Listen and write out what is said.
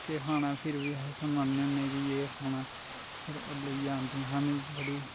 केह् खाना फिर बी आहें सनाने होन्ने कि एह् खाना फिर ओह् लेइयै आंदियां साह्नू